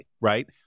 Right